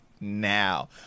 now